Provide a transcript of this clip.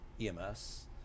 EMS